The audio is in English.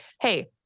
Hey